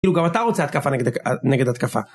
כאילו גם אתה רוצה התקפה נגד התקפה.